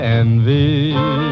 envy